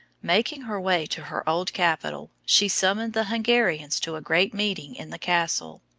making her way to her old capital, she summoned the hungarians to a great meeting in the castle.